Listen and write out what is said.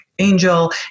Angel